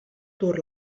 dur